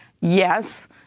Yes